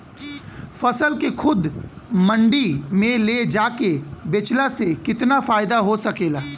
फसल के खुद मंडी में ले जाके बेचला से कितना फायदा हो सकेला?